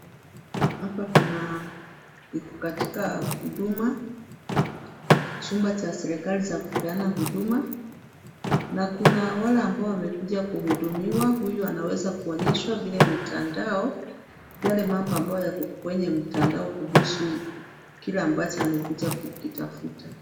Hapa kuna iko katika huduma. Chumba cha serikali cha kupeana huduma, na kuna wale ambao wamekuja kuhudumiwa. Huyu anaweza kuonyeshwa vile mitandao, yale mambo ambayo yako kwenye mtandao kuhusu kile ambacho amekuja kutafuta.